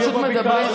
יהיה בבקעה,